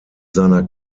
seiner